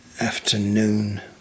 afternoon